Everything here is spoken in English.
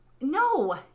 No